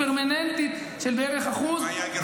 פרמננטית של בערך 1%. מה היה הגירעון?